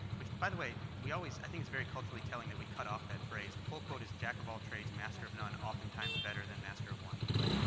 which by the way, we always i think it's very culturally telling that we cut off that phrase the full quote is, jack of all trades master none, oftentimes better than master of one but